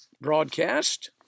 broadcast